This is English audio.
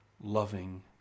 loving